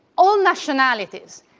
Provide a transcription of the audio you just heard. all nationalities,